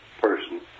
person